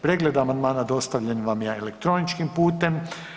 Pregled amandmana dostavljen vam je elektroničkim putem.